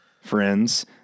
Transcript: friends